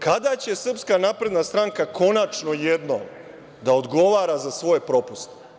Kada će Srpska napredna stranka konačno jednom da odgovara za svoje propuste?